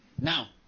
Now